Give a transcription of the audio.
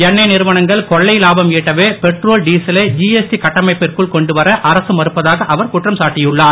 எண்ணெய் நிறுவனங்கள் கொள்ளை லாபம் ஈட்டவே பெட்ரோல் டீசலை ஜிஎஸ்டி கட்டமைப்பிற்குள் கொண்டு வர அரசு மறுப்பதாக அவர் குற்றம்சாட்டியுள்ளார்